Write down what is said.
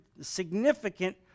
significant